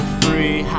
free